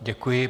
Děkuji.